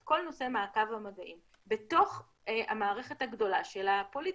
את כל נושא מעקב המגעים בתוך המערכת הגדולה של הפוליטיקה,